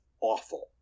awful